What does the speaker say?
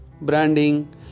branding